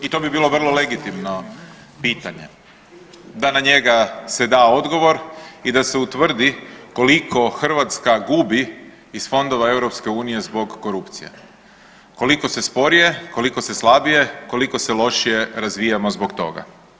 I to bi bilo vrlo legitimno pitanje da na njega se da odgovor i da se utvrdi koliko Hrvatska gubi iz fondova EU zbog korupcije, koliko se sporije, koliko se slabije, koliko se lošije razvijamo zbog toga.